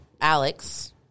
Alex